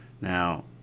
Now